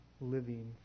living